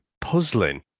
puzzling